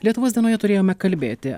lietuvos dienoje turėjome kalbėti